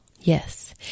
Yes